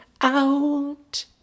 out